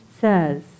says